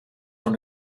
von